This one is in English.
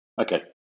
Okay